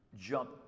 jump